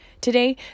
Today